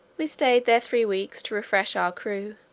we staid there three weeks to refresh our crew,